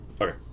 Okay